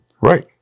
right